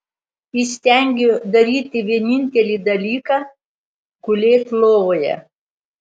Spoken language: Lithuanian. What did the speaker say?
įstengiu daryti vienintelį dalyką gulėt lovoje